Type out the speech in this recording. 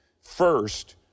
first